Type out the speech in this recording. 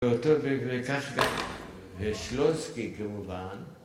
‫באותו וכך גם, ושלונסקי כמובן.